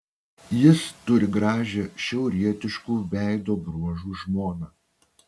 jis turi gražią šiaurietiškų veido bruožų žmoną